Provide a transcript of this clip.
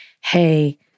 hey